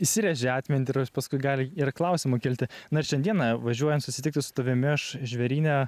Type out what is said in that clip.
įsirėžia į atmintinį ir aš paskui gali ir klausimų kilti na ir šiandieną važiuojant susitikti su tavimi aš žvėryne